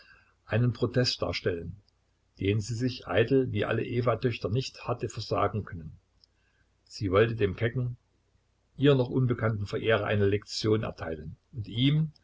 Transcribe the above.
einen protest darstellen den sie sich eitel wie alle evatöchter nicht hatte versagen können sie wollte dem kecken ihr noch unbekannten verehrer eine lektion erteilen und ihm